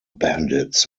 bandits